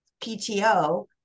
PTO